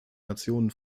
nationen